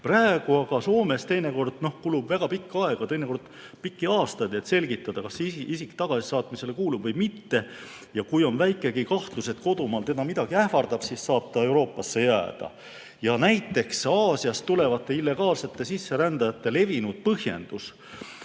Praegu aga Soomes kulub väga pikk aeg, teinekord aastaid, et selgitada, kas isik tagasisaatmisele kuulub või mitte. Ja kui on väikegi kahtlus, et kodumaal teda midagi ähvardab, siis saab ta Euroopasse jääda. Näiteks Aasiast tulevate illegaalsete sisserändajate levinud põhjendus